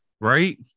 Right